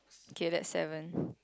okay that's seven